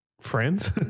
friends